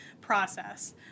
process